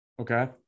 okay